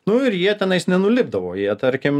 nu ir jie tenais nenulipdavo jie tarkim